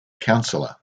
counselor